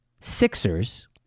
Sixers